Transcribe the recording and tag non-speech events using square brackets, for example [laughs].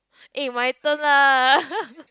eh my turn lah [laughs]